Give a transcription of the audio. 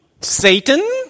Satan